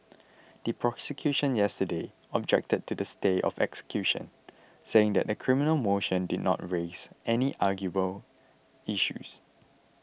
the prosecution yesterday objected to the stay of execution saying the criminal motion did not raise any arguable issues